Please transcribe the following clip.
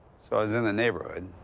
i was in the neighborhood.